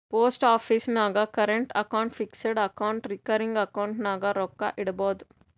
post office ನಾಗ್ current account, fixed account, recurring account ನಾಗ್ ರೊಕ್ಕಾ ಇಡ್ಬೋದ್